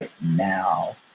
now